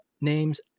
names